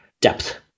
depth